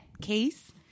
case